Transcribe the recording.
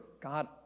God